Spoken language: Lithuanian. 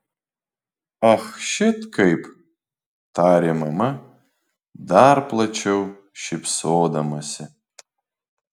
ach šit kaip tarė mama dar plačiau šypsodamasi